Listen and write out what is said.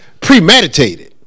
premeditated